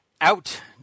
out